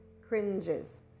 cringes